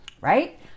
Right